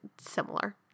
similar